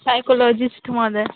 सायकोलॉजिस्टमध्ये